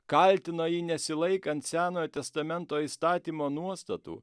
kaltino jį nesilaikant senojo testamento įstatymo nuostatų